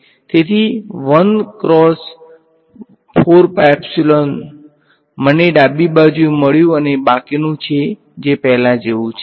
તેથી મને ડાબી બાજુએ મળ્યું છે અને બાકીનું છે જે પહેલા જેવું છે